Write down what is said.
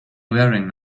wearing